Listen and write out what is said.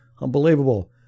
unbelievable